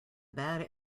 bad